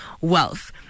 wealth